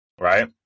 Right